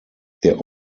der